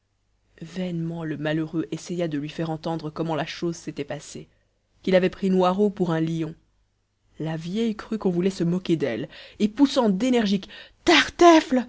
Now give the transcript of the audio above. vainement le malheureux essaya de lui faire entendre comment la chose s'était passée qu'il avait pris noiraud pour un lion la vieille crut qu'on voulait se moquer d'elle et poussant d'énergiques